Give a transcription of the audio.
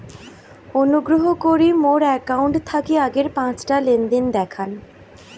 অনুগ্রহ করি মোর অ্যাকাউন্ট থাকি আগের পাঁচটা লেনদেন দেখান